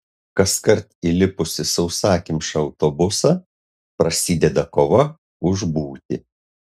kaskart įlipus į sausakimšą autobusą prasideda kova už būtį